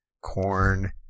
corn